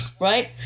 right